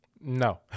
No